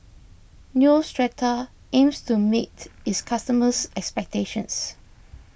Neostrata aims to meet its customers' expectations